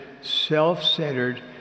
self-centered